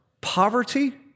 poverty